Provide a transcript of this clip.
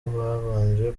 babanje